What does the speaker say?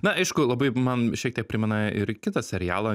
na aišku labai man šiek tiek primena ir kitą serialą